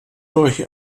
durch